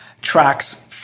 tracks